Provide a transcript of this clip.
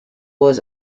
was